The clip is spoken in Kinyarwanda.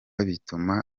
bituma